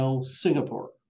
Singapore